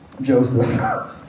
Joseph